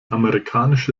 amerikanische